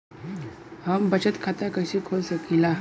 हम बचत खाता कईसे खोल सकिला?